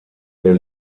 der